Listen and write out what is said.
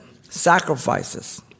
sacrifices